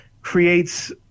creates